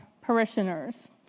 parishioners